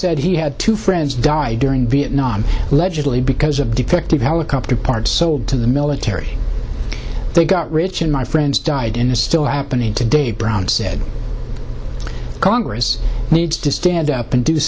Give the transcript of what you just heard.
said he had two friends die during vietnam allegedly because of depicting helicopter parts sold to the military they got rich and my friends died in a still happening today brown said congress needs to stand up and do